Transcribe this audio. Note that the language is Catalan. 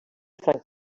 franc